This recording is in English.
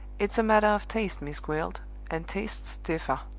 it's a matter of taste, miss gwilt and tastes differ.